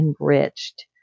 enriched